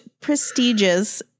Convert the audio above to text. prestigious